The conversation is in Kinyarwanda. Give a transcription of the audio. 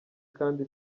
kandi